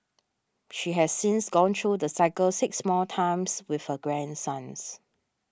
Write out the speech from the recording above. she has since gone through the cycle six more times with her grandsons